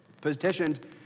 petitioned